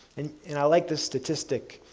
and and i like this statistic.